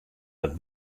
dat